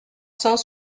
cent